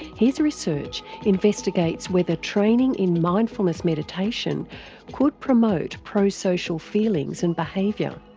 his research investigates whether training in mindfulness meditation could promote pro-social feelings and behaviour.